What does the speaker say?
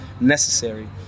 necessary